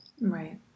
Right